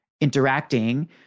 interacting